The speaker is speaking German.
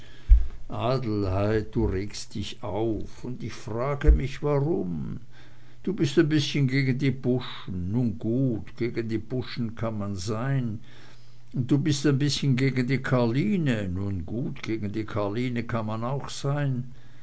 adelheid du regst dich auf und ich frage mich warum du bist ein bißchen gegen die buschen nun gut gegen die buschen kann man sein und du bist ein bißchen gegen die karline nun gut gegen die karline kann man auch sein